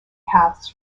paths